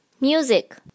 Music